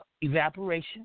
evaporation